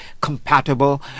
compatible